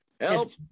Help